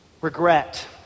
regret